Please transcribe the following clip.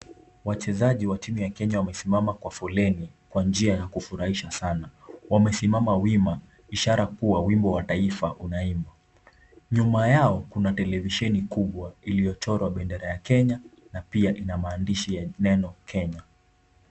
Wachezaji wa timu ya Kenya wamesimama kwa foleni kwa njia ya kufurahisha sana. Wamesimama wima ishara kkuwa wimbo wa taifa unaimba. Nyuma yao kuna televisheni kubwa iliyochorwa bendera ya kenya na pia ina maandishi ya neno Kenya.